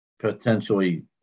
potentially